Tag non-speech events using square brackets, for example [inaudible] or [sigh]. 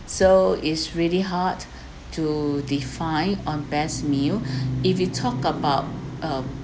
so is really hard [breath] to define on best meal [breath] if you talk about uh